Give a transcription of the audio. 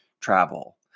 travel